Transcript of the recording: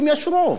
אם יש רוב.